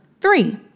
three